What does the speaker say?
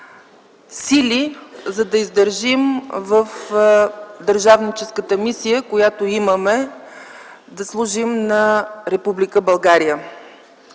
сили, за да издържим в държавническата мисия, която имаме – да служим на Република България.